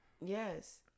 Yes